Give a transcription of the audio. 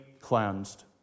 cleansed